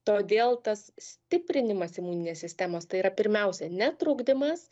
todėl tas stiprinimas imuninės sistemos tai yra pirmiausia ne trukdymas